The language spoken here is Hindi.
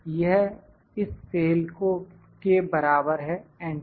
यह इस सेल के बराबर है एंटर